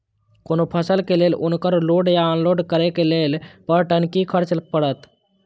कोनो फसल के लेल उनकर लोड या अनलोड करे के लेल पर टन कि खर्च परत?